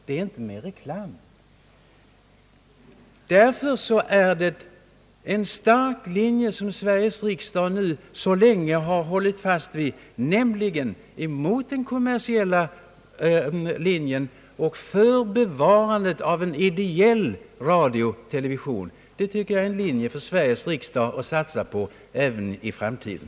Det är inte mer reklam. Därför är det en stark linje som Sveriges riksdag nu så länge har hållit fast vid: mot den kommersiella linjen och för bevarandet av ideell radio och television. Det tycker jag är en linje för Sveriges riksdag att satsa på även i framtiden.